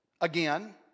again